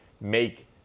make